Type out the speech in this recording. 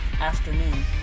afternoon